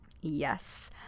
yes